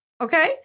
Okay